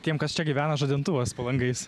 tiem kas čia gyvena žadintuvas po langais